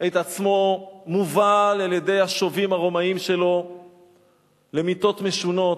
את עצמו מובל על-ידי השובים הרומאים שלו למיתות משונות,